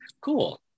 cool